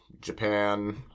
Japan